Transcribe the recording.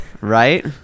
Right